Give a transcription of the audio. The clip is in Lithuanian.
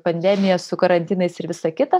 pandemija su karantinais ir visa kita